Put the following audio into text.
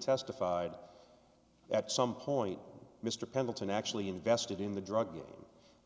testified at some point mr pendleton actually invested in the drug